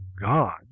God